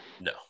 no